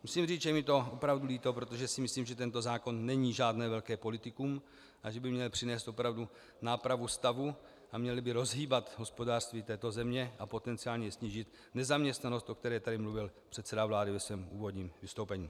Musím říct, že je mi to opravdu líto, protože si myslím, že tento zákon není žádné velké politikum a že by měl přinést opravdu nápravu stavu a měl by rozhýbat hospodářství této země a potenciálně snížit nezaměstnanost, o které tady mluvil předseda vlády ve svém úvodním vystoupení.